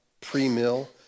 pre-mill